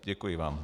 Děkuji vám.